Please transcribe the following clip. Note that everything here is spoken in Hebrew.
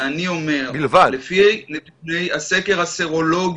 ואני אומר, לפי הסקר הסרולוגי,